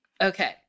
Okay